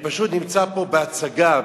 פשוט נמצא פה בהצגה,